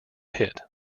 hit